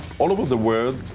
all over the world,